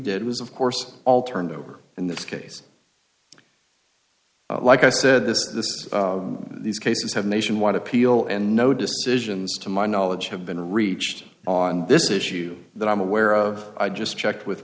did was of course all turned over in this case like i said this this these cases have nationwide appeal and no decisions to my knowledge have been reached on this issue that i'm aware of i just checked with